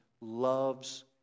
loves